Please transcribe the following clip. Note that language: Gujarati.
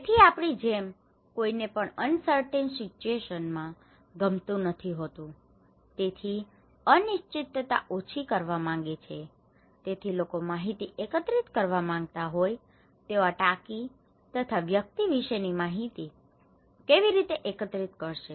તેથી આપણી જેમ કોઈને પણ અનસર્ટેંન સિચુએશન uncertain situation અનિશ્ચિત પરિસ્થિતિ ગમતી નથી હોતી તેઓ અનસર્ટેનિટીને uncertainty અનિશ્ચિતતા ઓછી કરવા માગે છે તેથી લોકો માહિતી એકત્રિત કરવા માંગતા હોય તેઓ આ ટાંકી તથા વ્યક્તિ વિશેની માહિતી કેવી રીતે એકત્રિત કરશે